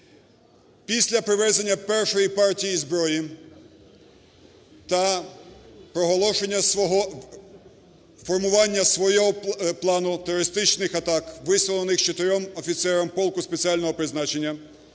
Після привезення першої партії зброї та проголошення свого формування свого плану терористичних атак, висловленим чотирьом офіцерам полку спеціального призначення,